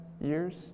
years